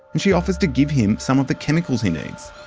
and she offers to give him some of the chemicals he needs.